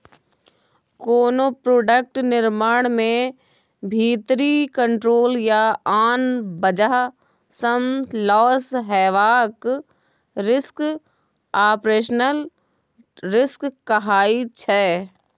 कोनो प्रोडक्ट निर्माण मे भीतरी कंट्रोल या आन बजह सँ लौस हेबाक रिस्क आपरेशनल रिस्क कहाइ छै